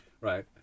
right